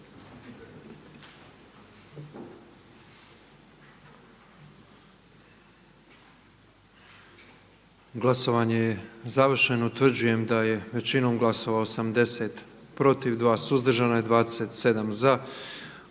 Glasovanje je završeno. Utvrđujem da je većinom glasova 121 za, 5 suzdržani i s